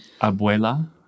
abuela